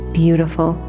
beautiful